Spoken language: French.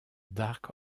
dark